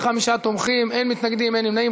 45 תומכים, אין מתנגדים, אין נמנעים.